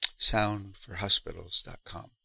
soundforhospitals.com